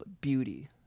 beauty